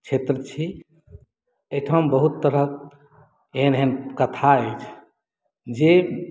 क्षेत्र छी एहिठाम बहुत तरहक एहन एहन कथा अछि जे